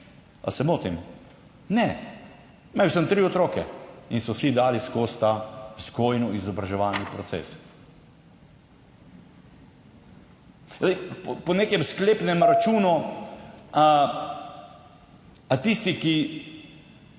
Ali se motim? Ne. Imel sem tri otroke in vsi so dali skozi ta vzgojno-izobraževalni proces. Po nekem sklepnem računu: Ali tisti, ki